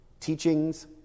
teachings